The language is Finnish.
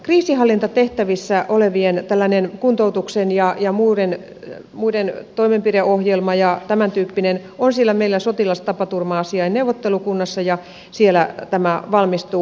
kriisinhallintatehtävissä olevien tällainen kuntoutuksen ja muiden toimenpideohjelma ja tämäntyyppinen on siellä meillä sotilastapaturma asiain neuvottelukunnassa ja siellä tämä valmistuu